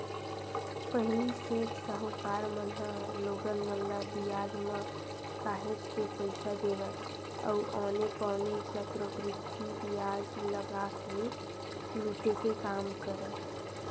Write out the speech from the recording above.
पहिली सेठ, साहूकार मन ह लोगन मन ल बियाज म काहेच के पइसा देवय अउ औने पौने चक्रबृद्धि बियाज लगा के लुटे के काम करय